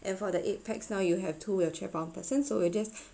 and for the eight pax now you have two wheelchair bound person so we'll just